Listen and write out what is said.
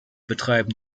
betreiben